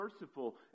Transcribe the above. merciful